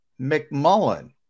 McMullen